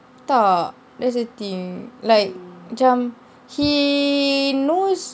tak that's the thing like macam he knows